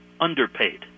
underpaid